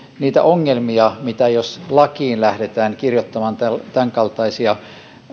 niitä ongelmia mitä tulee jos lakiin lähdetään kirjoittamaan tämänkaltaisia